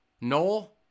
Noel